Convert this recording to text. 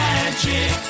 Magic